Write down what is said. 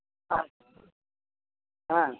আচ্ছা হ্যাঁ